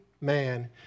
man